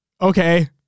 okay